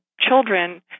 children